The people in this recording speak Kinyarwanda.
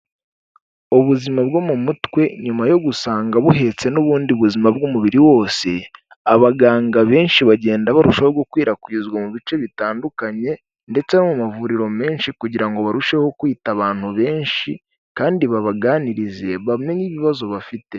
Ubuzima bwo mu mutwe nyuma yo gusanga buhetse n'ubundi buzima bw'umubiri wose, abaganga benshi bagenda barushaho gukwirakwizwa mu bice bitandukanye ndetse no mu mavuriro menshi, kugira ngo barusheho kwita ku bantu benshi kandi babaganirize bamenye ibibazo bafite.